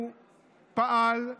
הוא פעל,